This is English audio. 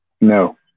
No